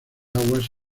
aguas